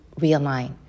realign